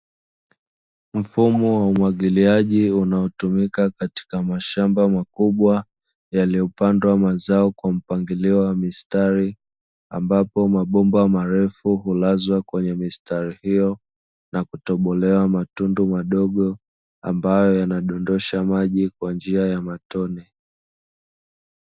Mfumo wa umwagiliaji unaotumika katika mashamba makubwa yalipopandwa mazao kwa mpangilio wa mistari. Ambapo mabomba marefu hulazwa kwenye mistari iyo na kutobolewa matundu madogo, ambayo yanadondosha maji kwa njia ya matone.